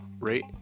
rate